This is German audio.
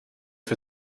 für